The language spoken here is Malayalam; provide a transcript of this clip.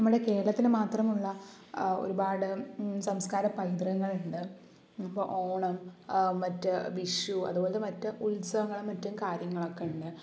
നമ്മുടെ കേരളത്തിൽ മാത്രമുള്ള ഒരുപാട് സംസ്കാര പൈതൃകങ്ങൾ ഉണ്ട് ഇപ്പോൾ ഓണം മറ്റ് വിഷു അതുപോലെത്തെ മറ്റ് ഉത്സവങ്ങളും മറ്റും കാര്യങ്ങളൊക്കെ ഉണ്ട്